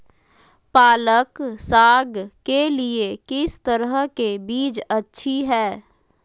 पालक साग के लिए किस तरह के बीज अच्छी है?